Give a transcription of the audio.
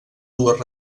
dues